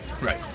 Right